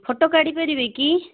photo କାଢ଼ି ପାରିବେ କି